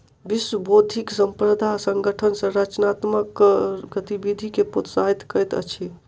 विश्व बौद्धिक संपदा संगठन रचनात्मक गतिविधि के प्रोत्साहित करैत अछि